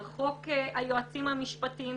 על חוק היועצים המשפטיים.